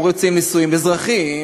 רוצים נישואים אזרחיים,